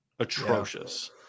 Atrocious